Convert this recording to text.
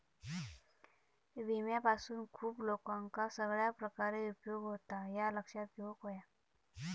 विम्यापासून खूप लोकांका सगळ्या प्रकारे उपयोग होता, ह्या लक्षात घेऊक हव्या